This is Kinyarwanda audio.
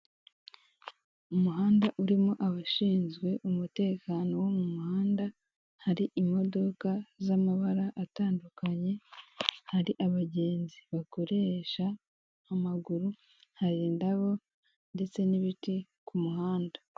Umuhanda urimo abashinzwe umutekano wo mumukanda hari imodoka z'amabara atandukanye, hari abagenzi bakoresha amaguru, hari indabo ndetse n'ibiti ku muhanda.